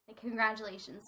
Congratulations